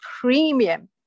premium